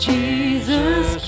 Jesus